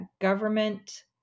government